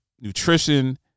nutrition